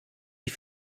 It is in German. die